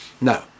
no